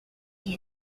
dit